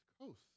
Coast